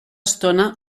estona